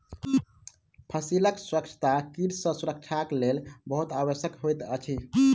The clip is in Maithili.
फसीलक स्वच्छता कीट सॅ सुरक्षाक लेल बहुत आवश्यक होइत अछि